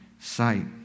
sight